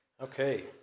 Okay